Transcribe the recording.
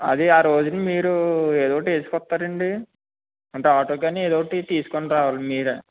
అది ఆ రోజున మీరు ఏదో ఒకటి వేసుకొస్తారండి అంటే ఆటో కానీ ఏదో ఒకటి తీసుకుని రావాలి మీరే